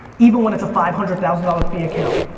even when it's a five hundred thousand dollar fee account,